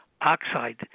oxide